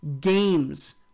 games